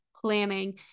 planning